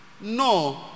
No